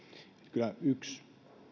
kyllä yksi